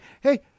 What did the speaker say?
hey